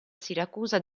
siracusa